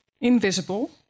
invisible